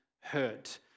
hurt